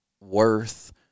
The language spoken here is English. worth